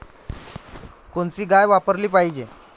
कोनची गाय वापराली पाहिजे?